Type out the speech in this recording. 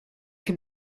can